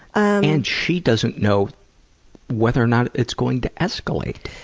and she doesn't know whether or not it's going to escalate.